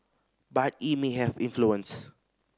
but it may have influence